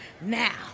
now